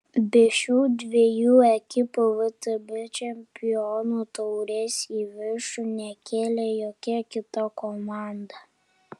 be šių dviejų ekipų vtb čempionų taurės į viršų nekėlė jokia kita komanda